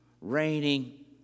raining